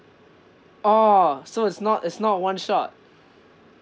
orh so it's not it's not one shot